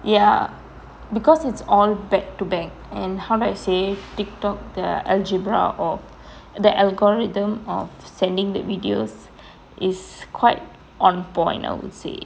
ya because it's all back to back and how do I say say Tiktok the algebra or the algorithm of sending the videos is quite on point I would say